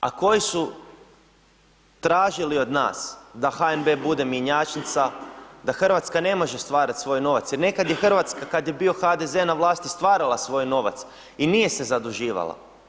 A koji su tražili od nas da HNB bude mjenjačnica, da Hrvatska ne može stvarati svoj novac jer nekad je Hrvatska kad je bio HDZ na vlasti stvarala svoj novac i nije se zaduživala.